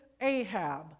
Ahab